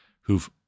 who've